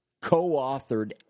co-authored